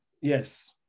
Yes